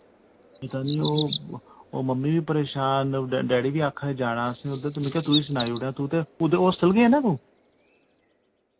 पता निं ओ ओ मम्मी वी परेशान डैडी वी आक्खादे जाना असैं उद्दर ते में का तुगी सनाई ओड़ा तू ते उदे होस्टल गै ऐ ना तू